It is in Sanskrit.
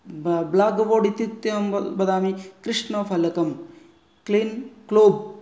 ब्लाक् बोर्ड् इत्युक्ते अहं वदामि कृष्णफलकं क्लिन् क्लोब्